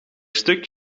stuk